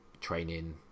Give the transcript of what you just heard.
training